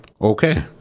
Okay